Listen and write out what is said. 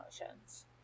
emotions